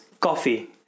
coffee